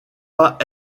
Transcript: pas